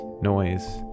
noise